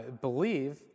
believe